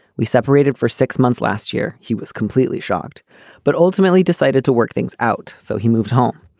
we separated for six months last year. he was completely shocked but ultimately decided to work things out. so he moved home.